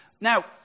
Now